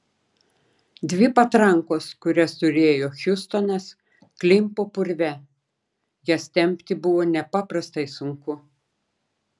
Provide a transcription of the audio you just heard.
dvi patrankos kurias turėjo hiustonas klimpo purve jas tempti buvo nepaprastai sunku